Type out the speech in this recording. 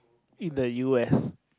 in the u_s